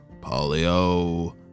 polio